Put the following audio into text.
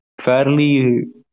fairly